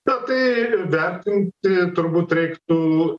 na tai vertinti turbūt reiktų